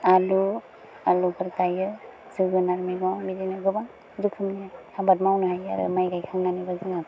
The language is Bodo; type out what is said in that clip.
आलु आलुफोर गायो जोगोनार मैगं बिदिनो गोबां रोखोमनि आबाद मावनो हायो आरो माय गायखांनानैबो जोङो